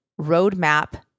roadmap